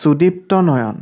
Sudipta Nayan